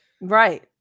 Right